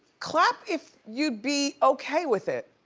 clap if you'd be okay with it.